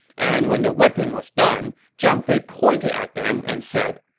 and when the whipping was done, zhang fei pointed at them and said,